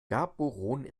gaborone